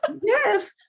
Yes